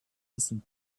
listen